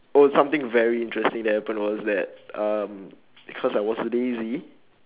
oh something very interesting that happened was that um cause I was lazy